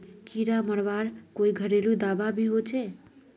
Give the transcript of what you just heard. कीड़ा मरवार कोई घरेलू दाबा भी होचए?